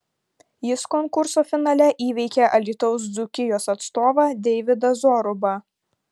jis konkurso finale įveikė alytaus dzūkijos atstovą deividą zorubą